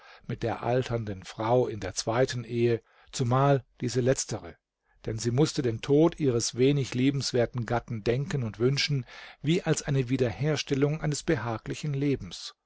mit der alternden frau in der zweiten ehe zumal diese letztere denn sie mußte den tod ihres wenig liebenswerten gatten denken und wünschen wie als eine wiederherstellung eines behaglichen lebens